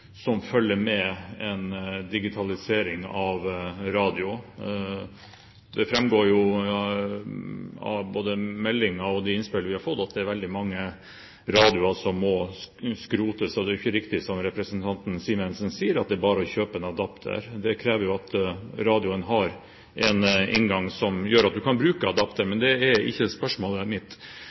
som følger med en digitalisering av radio. Det framgår jo av både meldingen og de innspill vi har fått, at det er veldig mange radioer som må skrotes. Det er ikke riktig som representanten Simensen sier, at det bare er å kjøpe en adapter. Det krever jo at radioen har en inngang som gjør at man kan bruke adapter. Men det er ikke spørsmålet mitt.